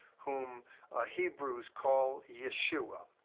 whom hebrews call yeshua.